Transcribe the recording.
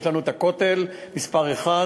יש לנו הכותל שהוא מספר אחת,